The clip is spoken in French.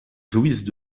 jouissent